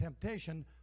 temptation